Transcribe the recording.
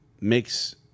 makes